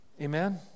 Amen